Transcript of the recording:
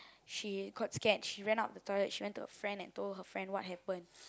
she got scared she ran out of the toilet she went to her friend and told her friend what happened